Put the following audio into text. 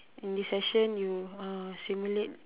in this session you uh simulate